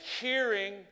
hearing